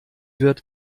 wird